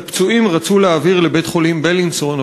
את הפצועים רצו להעביר לבית-החולים בילינסון,